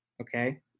okay